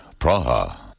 Praha